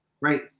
Right